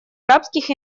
арабских